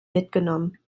mitgenommen